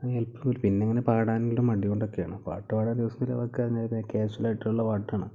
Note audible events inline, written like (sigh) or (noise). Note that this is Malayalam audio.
(unintelligible) പിന്നെ അങ്ങനെ ഒരു പാടാനുള്ള മടി കൊണ്ടൊക്കെയാണ് പാട്ടു പാടാൻ (unintelligible) കാഷ്വലായിട്ടുള്ള പാട്ടാണ്